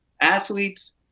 athletes